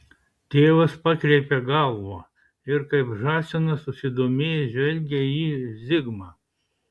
tėvas pakreipia galvą ir kaip žąsinas susidomėjęs žvelgia į zigmą